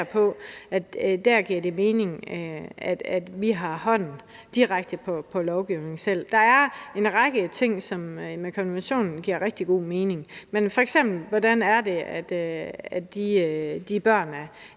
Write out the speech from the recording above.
der giver det mening, at vi selv har en hånd direkte på lovgivningen. Der er en række områder, hvor konventionen giver rigtig god mening, men hvordan skal det være